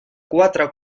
quatre